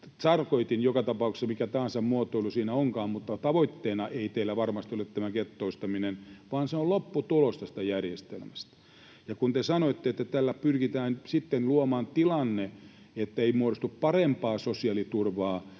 Tarkoitin joka tapauksessa, mikä tahansa muotoilu siinä olikaan, että tavoitteena ei teillä varmasti ole tämä gettoistaminen, vaan se on lopputulos tästä järjestelmästä. Kun te sanoitte, että tällä pyritään sitten luomaan tilanne, että ei muodostu parempaa sosiaaliturvaa